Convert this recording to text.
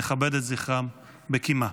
נכבד את זכרם בקימה.